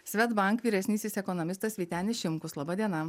swedbank vyresnysis ekonomistas vytenis šimkus laba diena